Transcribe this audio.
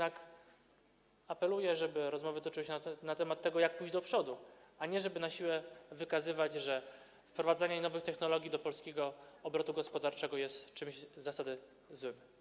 Apeluję jednak, żeby rozmowy toczyły się na temat tego, jak pójść do przodu, żeby na siłę nie wykazywać, że wprowadzanie nowych technologii do polskiego obrotu gospodarczego jest czymś z zasady złym.